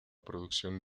producción